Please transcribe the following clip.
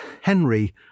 Henry